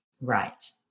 Right